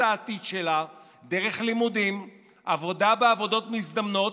העתיד שלה דרך לימודים ועבודה בעבודות מזדמנות,